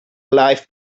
life